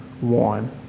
one